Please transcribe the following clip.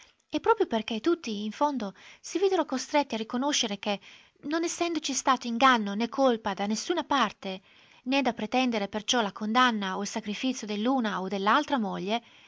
e proprio perché tutti in fondo si videro costretti a riconoscere che non essendoci stato inganno né colpa da nessuna parte né da pretendere perciò la condanna o il sacrifizio dell'una o dell'altra moglie